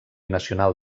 nacional